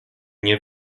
nie